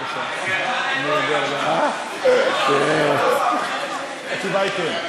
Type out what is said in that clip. מיהו חרדי, אני שואל עכשיו.